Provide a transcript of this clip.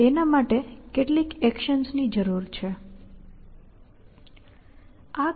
તેના માટે કેટલીક એક્શન્સની જરૂર પડશે